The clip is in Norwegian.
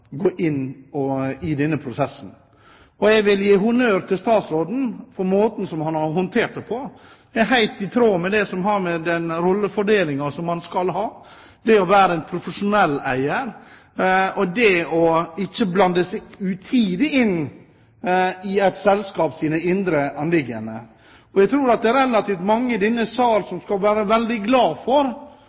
i denne prosessen. Jeg vil gi honnør til statsråden for måten han har håndtert det på. Det er helt i tråd med den rollefordelingen som man skal ha, det å være en profesjonell eier og det ikke å blande seg utidig inn i et selskaps indre anliggende. Jeg tror at det er relativt mange i denne sal som skal være veldig glad for